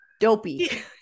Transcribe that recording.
dopey